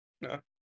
no